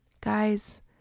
guys